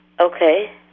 Okay